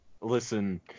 Listen